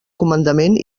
comandament